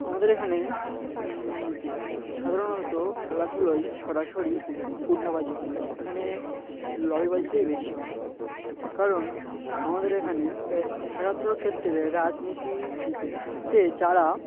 আমাদের এখানে সাধারণত খেলাধুলোয় সরাসরি কুটনাবাজি হয় না এখানে লবিবাজিটাই বেশি হয় কারণ আমাদের এখানে এই খেলাধুলোর ক্ষেত্রে রাজনীতিতে যারা